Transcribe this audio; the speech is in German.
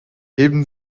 heben